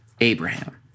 Abraham